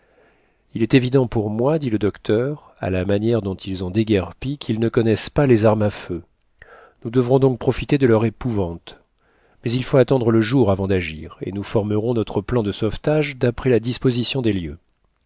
il est évident pour moi dit le docteur à la manière dont ils ont déguerpi qu'ils ne connaissent pas les armes à feu nous devrons donc profiter de leur épouvante mais il faut attendre le jour avant d'agir et nous formerons notre plan de sauvetage d'après la disposition des lieux